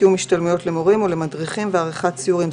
קיום השתלמויות למורים ולמדריכים ועריכת סיורים".